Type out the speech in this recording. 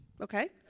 Okay